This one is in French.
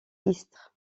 istres